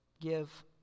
Give